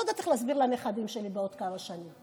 שאני לא יודעת איך להסביר לנכדים שלי בעוד כמה שנים.